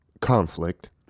conflict